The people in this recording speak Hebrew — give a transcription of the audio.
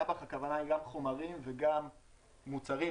אב"כ הכוונה גם לחומרים וגם למוצרים,